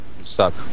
Suck